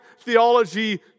theology